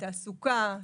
תעסוקה,